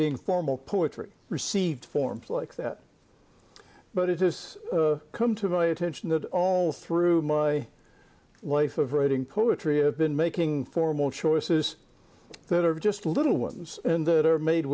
being formal poetry received forms like that but it is come to my attention that all through my life of writing poetry have been making formal choices that are just little ones that are made